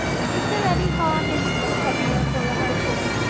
is there any harm in the heavier for a husband?